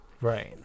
Right